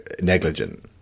negligent